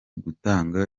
gutanga